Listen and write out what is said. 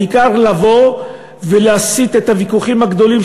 העיקר לבוא ולהסיט את הוויכוחים הגדולים,